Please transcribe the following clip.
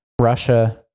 Russia